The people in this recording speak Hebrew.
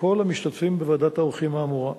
כל המשתתפים בוועדת העורכים האמורה.